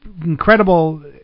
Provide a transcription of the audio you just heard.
incredible